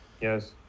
Yes